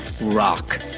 rock